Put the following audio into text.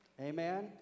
Amen